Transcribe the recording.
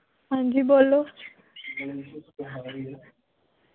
हां जी बोलो